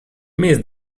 missed